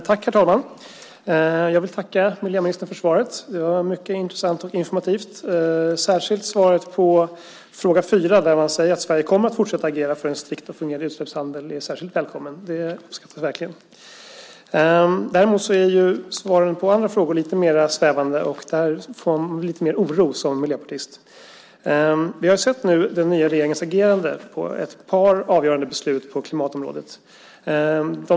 Herr talman! Jag vill tacka miljöministern för svaret. Det var mycket intressant och informativt. Det gäller särskilt svaret på fråga 4. Han säger där att Sverige kommer att fortsätta att agera för en strikt och fungerande utsläppshandel. Det är särskilt välkommet, och det uppskattar jag verkligen. Däremot är svaret på de andra frågorna lite mer svävande. Där känner jag lite mer oro som miljöpartist. Vi har nu sett den nya regeringens agerande i ett par avgörande beslut på klimatområdet.